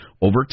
over